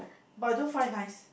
but I don't find it nice